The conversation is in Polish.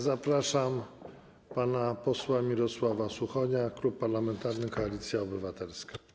Zapraszam pana posła Mirosława Suchonia, Klub Parlamentarny Koalicja Obywatelska.